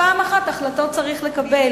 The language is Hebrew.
החלטות צריך לקבל.